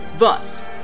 Thus